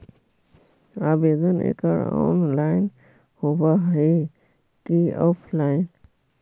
आवेदन एकड़ ऑनलाइन होव हइ की ऑफलाइन?